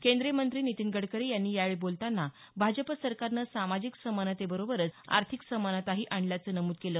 केंद्रीय मंत्री नितीन गडकरी यांनी यावेळी बोलताना भाजप सरकारनं सामाजिक समानतेबरोबरच आर्थिक समानताही आणल्याचं नमूद केलं